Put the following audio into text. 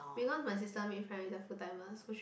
because my sister makes friends with a full timer which is